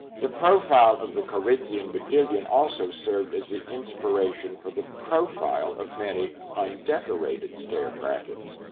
the profile of the corinthian modillion also served as the inspiration for the profile of many undecorated stair brackets,